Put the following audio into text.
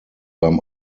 beim